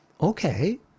okay